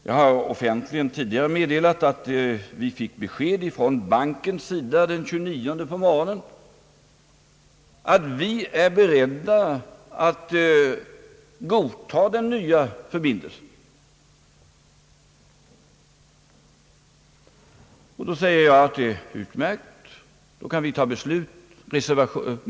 Jag har offentligen tidigare meddelat att vi fick besked från bankens sida den 29 på morgonen att »vi är beredda att godta den nya förbindelsen». Då säger jag att det är utmärkt, då kan vi ta beslut.